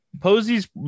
Posey's